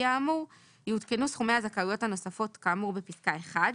האמור יעודכנו סכומי הזכאויות הנוספות כאמור בפסקה (1)